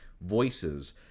voices